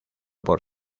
por